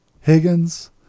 Higgins